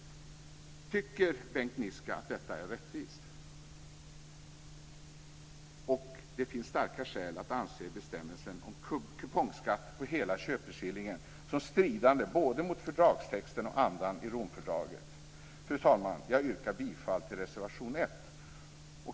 Tycker Bengt Niska att detta är rättvist? Det finns starka skäl att anse bestämmelsen om kupongskatt på hela köpeskillingen som stridande mot både fördragstexten och andan i Romfördraget. Fru talman! Jag yrkar bifall till reservation 1.